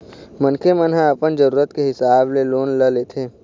मनखे मन ह अपन जरुरत के हिसाब ले लोन ल लेथे